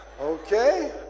okay